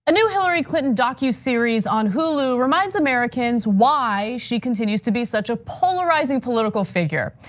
a new hillary clinton docu-series on hulu reminds americans why she continues to be such a polarizing political figure.